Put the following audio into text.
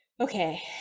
Okay